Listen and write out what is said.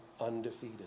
undefeated